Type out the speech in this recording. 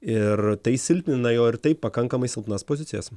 ir tai silpnina jo ir taip pakankamai silpnas pozicijas